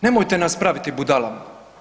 Nemojte nas praviti budalama.